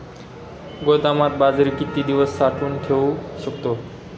गोदामात बाजरी किती दिवस साठवून ठेवू शकतो?